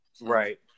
Right